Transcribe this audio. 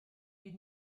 you